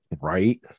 Right